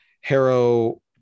Harrow